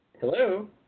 Hello